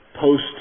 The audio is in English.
post